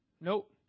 Nope